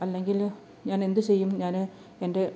അല്ലെങ്കില് ഞാനെന്ത് ചെയ്യും ഞാന് എൻ്റെ